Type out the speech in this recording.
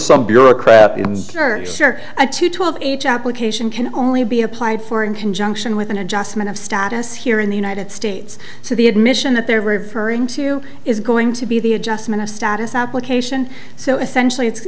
some bureaucrat or a to talk each application can only be applied for in conjunction with an adjustment of status here in the united states so the admission that they're referring to is going to be the adjustment of status application so essentially it's